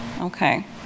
Okay